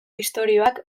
istorioak